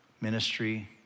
ministry